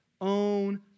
own